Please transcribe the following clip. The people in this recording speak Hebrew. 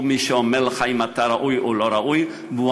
הוא מי שאומר לך אם אתה ראוי או לא ראוי והוא